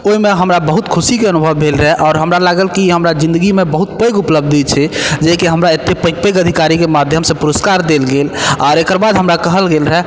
ओइमे हमरा बहुत खुशीके अनुभव भेल रहय आओर हमरा लागल कि हमरा जिन्दगीमे बहुत पैघ उपलब्धि छै जे कि हमरा अते पैघ पैघ अधिकारीके माध्यमसँ पुरस्कार देल गेल आओर एकर बाद हमरा कहल गेल रहय